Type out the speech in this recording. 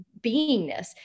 beingness